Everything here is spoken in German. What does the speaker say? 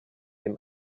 dem